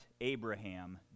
Abraham